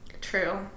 True